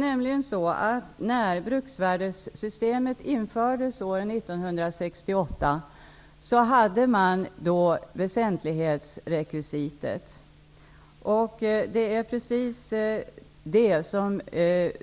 När bruksvärdessystemet infördes år 1968 fanns ett väsentlighetsrekvisit. Det är precis det som